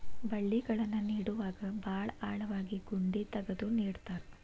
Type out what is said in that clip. ಬಳ್ಳಿಗಳನ್ನ ನೇಡುವಾಗ ಭಾಳ ಆಳವಾಗಿ ಗುಂಡಿ ತಗದು ನೆಡತಾರ